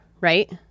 right